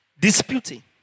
Disputing